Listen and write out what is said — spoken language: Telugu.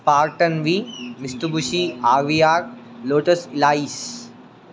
స్పాటన్వి మిస్స్తుబుషి ఆవియా లోటస్ ఇలాయిస్